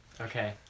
Okay